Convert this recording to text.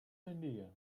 idea